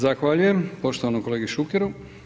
Zahvaljujem poštovanog kolegi Šukeru.